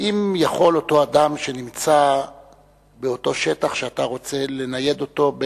האם יכול אותו אדם שנמצא באותו שטח שאתה רוצה לנייד אותו,